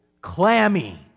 clammy